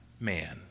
man